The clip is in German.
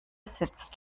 sitzt